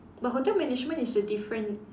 but hotel management is a different